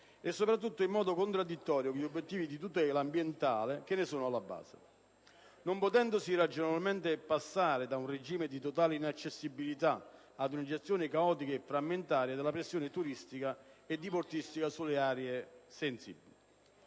e, soprattutto, in modo contraddittorio con gli obiettivi di tutela ambientale che ne sono alla base, non potendosi ragionevolmente passare da un regime di totale inaccessibilità ad una gestione caotica o frammentaria della pressione turistica e diportistica su aree sensibili.